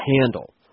handle